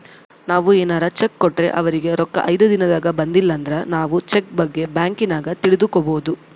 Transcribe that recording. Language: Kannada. ನಾವು ಏನಾರ ಚೆಕ್ ಕೊಟ್ರೆ ಅವರಿಗೆ ರೊಕ್ಕ ಐದು ದಿನದಾಗ ಬಂದಿಲಂದ್ರ ನಾವು ಚೆಕ್ ಬಗ್ಗೆ ಬ್ಯಾಂಕಿನಾಗ ತಿಳಿದುಕೊಬೊದು